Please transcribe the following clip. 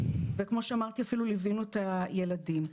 כמו שאמרתי, אפילו ליווינו את הילדים.